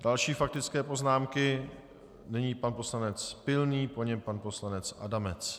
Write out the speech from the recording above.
Další faktické poznámky: nyní pan poslanec Pilný, po něm pan poslanec Adamec.